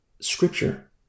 scripture